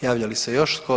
Javlja li se još tko?